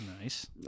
Nice